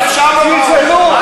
אדוני היושב-ראש,